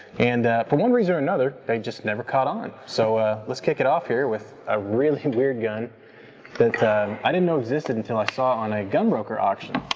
and for one reason or another, they've just never caught on. so let's kick it off here with a really and weird gun that i didn't know existed until i it saw on a gun broker auction.